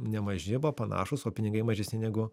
nemaži buvo panašūs o pinigai mažesni negu